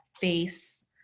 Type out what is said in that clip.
face